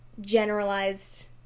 generalized